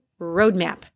Roadmap